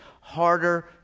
harder